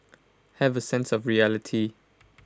have A sense of reality